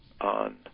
on